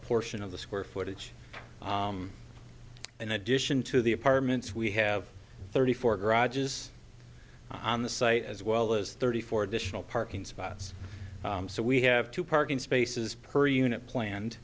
portion of the square footage in addition to the apartments we have thirty four garages on the site as well as thirty four additional parking spots so we have two parking spaces per unit planned